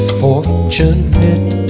fortunate